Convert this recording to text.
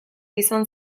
izan